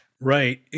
right